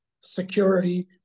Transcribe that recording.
security